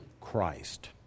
Christ